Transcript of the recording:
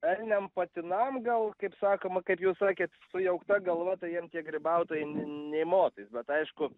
elniam patinam gal kaip sakoma kaip jūs sakėt sujaukta galva tai jiem tie grybautojai n nė motais bet aišku